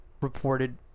reported